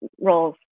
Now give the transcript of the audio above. roles